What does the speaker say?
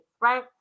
right